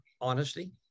honesty